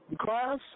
class